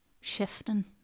Shifting